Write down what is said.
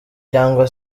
cyangwa